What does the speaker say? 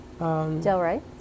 Delray